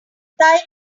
thailand